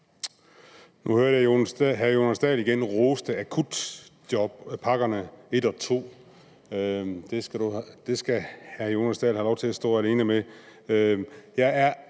Nu hørte jeg, hr. Jonas Dahl igen rose akutjobpakkerne I og II. Det skal hr. Jonas Dahl have lov til at stå alene med.